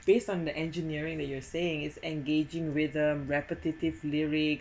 based on the engineering that you're saying is engaging with the repetitive lyric